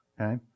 okay